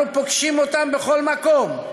אנחנו פוגשים אותם בכל מקום,